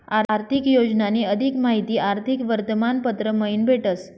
आर्थिक योजनानी अधिक माहिती आर्थिक वर्तमानपत्र मयीन भेटस